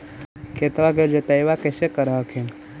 खेतबा के जोतय्बा कैसे कर हखिन?